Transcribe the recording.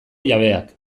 jabeak